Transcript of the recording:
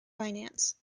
finance